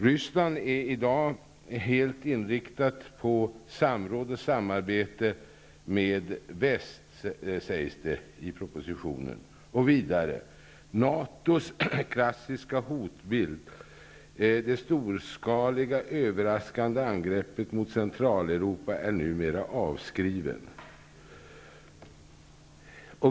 Ryssland är i dag helt inriktat på samråd och samarbete med väst, sägs det i propositionen. Vidare sägs att NATO:s klassiska hotbild, det storskaliga överraskande angreppet mot Centraleuropa, numera är avskriven.